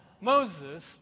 Moses